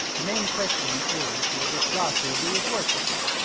the main question is will this joshua do his work well.